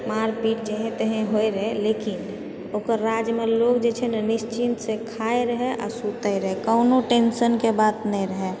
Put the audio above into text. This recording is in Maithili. मारपीट जहे तहे होइ रहै लेकिन ओकर राज्यमे लोक जे छै ने निश्चिन्तसँ खाए रहै आ सुतय रहै कोनो टेन्शनके बात नहि रहै